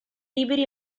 liberi